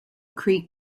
creek